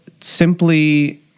simply